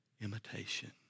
imitation